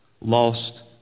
lost